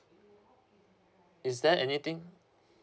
is there anything